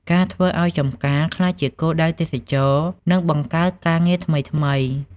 ការធ្វើឱ្យចម្ការក្លាយជាគោលដៅទេសចរណ៍នឹងបង្កើតការងារថ្មីៗ។